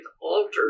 altered